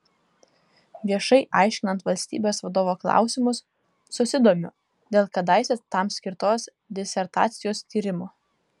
viešai aiškinant valstybės vadovo klausimus susidomiu dėl kadaise tam skirtos disertacijos tyrimų